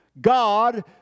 God